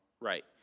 Right